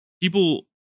people